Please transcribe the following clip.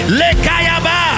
lekayaba